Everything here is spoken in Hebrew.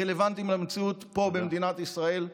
רלוונטיים למציאות פה במדינת ישראל.